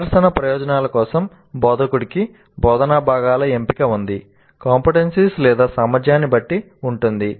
ప్రదర్శన ప్రయోజనాల కోసం బోధకుడికి బోధనా భాగాల ఎంపిక ఉంది CO సామర్థ్యాన్ని బట్టి ఉంటుంది